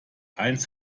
einst